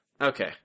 Okay